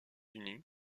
unis